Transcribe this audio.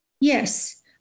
Yes